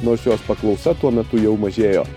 nors jos paklausa tuo metu jau mažėjo